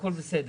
הכול בסדר,